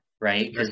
right